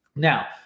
Now